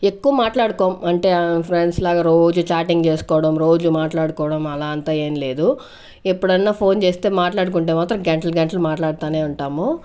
ఎక్కువ మాట్లాడుకోము అంటే ఫ్రెండ్స్ లాగా రోజు చాటింగ్ చేసుకోడం రోజు మాట్లాడుకోడం అలా అంతా ఏం లేదు ఎప్పుడన్నా ఫోన్ చేస్తే మాట్లాడుకుంటే మాత్రం గంటలు గంటలు మాట్లాడతూనే ఉంటాము